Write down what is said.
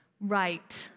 Right